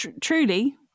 truly